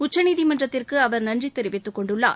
உச்சநீதிமன்றத்திற்கு அவர் நன்றி தெரிவித்துக்கொண்டார்